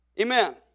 Amen